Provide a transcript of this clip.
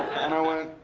and i went,